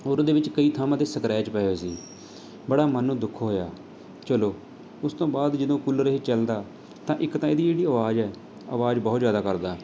ਔਰ ਉਹਦੇ ਵਿੱਚ ਕਈ ਥਾਵਾਂ 'ਤੇ ਸਕਰੈਚ ਪਏ ਹੋਏ ਸੀ ਬੜਾ ਮਨ ਨੂੂੰ ਦੁੱਖ ਹੋਇਆ ਚਲੋ ਉਸ ਤੋਂ ਬਾਅਦ ਜਦੋਂ ਕੂਲਰ ਇਹ ਚੱਲਦਾ ਤਾਂ ਇੱਕ ਤਾਂ ਇਹਦੀ ਜਿਹੜੀ ਆਵਾਜ਼ ਹੈ ਆਵਾਜ਼ ਬਹੁਤ ਜ਼ਿਆਦਾ ਕਰਦਾ